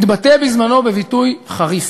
התבטא בזמנו בביטוי חריף,